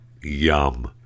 yum